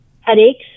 headaches